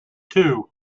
two